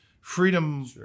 freedom